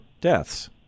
deaths